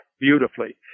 beautifully